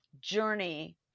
journey